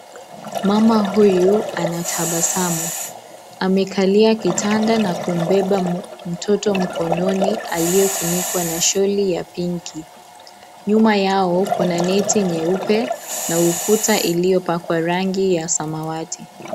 Mama huyu anatabasamu, amekalia kitanda na kumbeba mtoto mkononi aliyefunikwa na sholi ya pink, nyuma yao kuna neti nyeupe ukuta iliyopakwa rangi ya samawati.